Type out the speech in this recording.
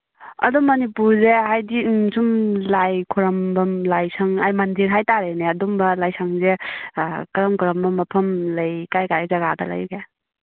ꯑꯗꯨ ꯃꯅꯤꯄꯨꯔꯁꯦ ꯍꯥꯏꯗꯤ ꯁꯨꯝ ꯂꯥꯏ ꯈꯣꯔꯝꯕꯝ ꯂꯥꯏꯁꯪ ꯃꯟꯗꯤꯔ ꯍꯥꯏ ꯇꯥꯔꯦꯅꯦ ꯑꯗꯨꯝ ꯂꯥꯏꯁꯪꯁꯦ ꯀꯔꯝ ꯀꯔꯝꯕ ꯃꯐꯝ ꯂꯩ ꯀꯥꯏ ꯀꯥꯏ ꯖꯒꯥꯗ ꯂꯩꯒꯦ